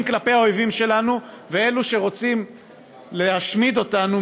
כלפי האויבים שלנו ואלו שרוצים להשמיד אותנו,